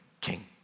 King